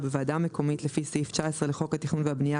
ובוועדה מקומית לפי סעיף 19 לחוק התכנון והבנייה,